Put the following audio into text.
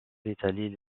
italie